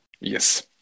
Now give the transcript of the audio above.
Yes